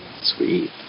sweet